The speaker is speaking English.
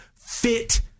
fit